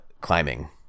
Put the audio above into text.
climbing